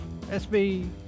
SB